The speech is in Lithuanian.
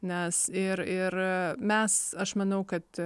nes ir ir mes aš manau kad